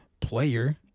player